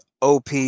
OP